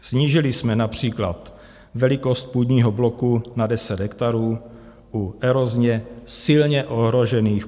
Snížili jsme například velikost půdního bloku na 10 hektarů u erozně silně ohrožených půd.